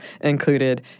included